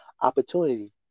opportunity